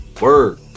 Word